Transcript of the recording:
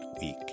week